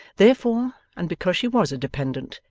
therefore, and because she was a dependent,